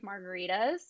margaritas